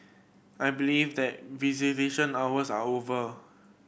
I believe that visitation hours are over